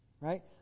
Right